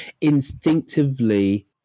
instinctively